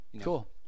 Cool